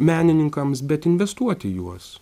menininkams bet investuot į juos